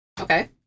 Okay